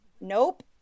nope